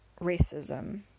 racism